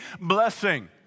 Blessing